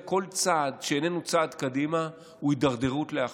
וכל צעד שאיננו צעד קדימה הוא הידרדרות לאחור.